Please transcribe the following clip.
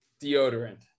deodorant